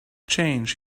change